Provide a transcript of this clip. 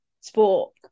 sport